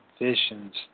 visions